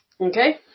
Okay